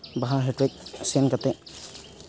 ᱵᱟᱦᱟ ᱦᱮᱴᱮᱡ ᱥᱮᱱ ᱠᱟᱛᱮᱫ